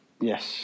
Yes